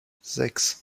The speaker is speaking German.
sechs